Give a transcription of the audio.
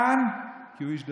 יען כי הוא איש דתי.